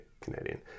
Canadian